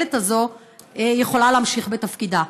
המנהלת הזאת יכולה להמשיך בתפקידה.